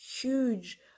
huge